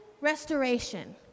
restoration